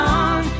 on